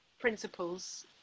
principles